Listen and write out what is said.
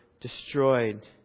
destroyed